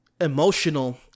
emotional